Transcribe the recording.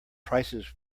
prices